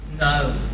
No